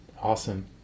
Awesome